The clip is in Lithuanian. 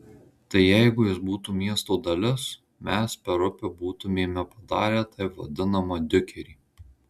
tai jeigu jis būtų miesto dalis mes per upę būtumėme padarę taip vadinamą diukerį